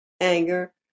anger